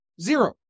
Zero